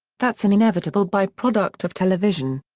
that's an inevitable byproduct of television.